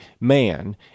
man